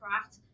craft